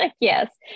Yes